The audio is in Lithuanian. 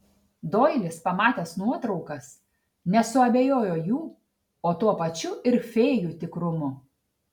doilis pamatęs nuotraukas nesuabejojo jų o tuo pačiu ir fėjų tikrumu